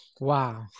wow